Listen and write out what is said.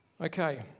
Okay